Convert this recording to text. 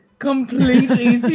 completely